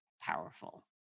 powerful